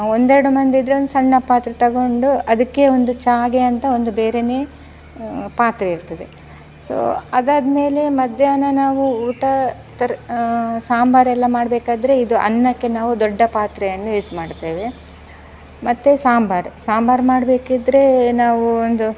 ಒಂದೆರಡು ಮಂದಿ ಇದ್ರೆ ಒಂದು ಸಣ್ಣ ಪಾತ್ರೆ ತಗೊಂಡು ಅದಕ್ಕೆ ಒಂದು ಚಾಗೆ ಅಂತ ಒಂದು ಬೇರೆ ಪಾತ್ರೆ ಇರ್ತದೆ ಸೊ ಅದಾದ್ಮೇಲೆ ಮಧ್ಯಾಹ್ನ ನಾವು ಊಟ ತರ್ ಸಾಂಬಾರು ಎಲ್ಲಾ ಮಾಡಬೇಕಾದ್ರೆ ಇದು ಅನ್ನಕ್ಕೆ ನಾವು ದೊಡ್ಡ ಪಾತ್ರೆಯನ್ನು ಯೂಸ್ ಮಾಡ್ತೇವೆ ಮತ್ತು ಸಾಂಬಾರು ಸಾಂಬಾರು ಮಾಡಬೇಕಿದ್ರೆ ನಾವು ಒಂದು